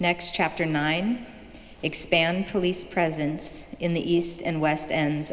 next chapter nine expand police presence in the east and west end